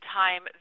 time